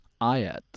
ayat